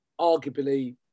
arguably